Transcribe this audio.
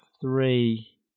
three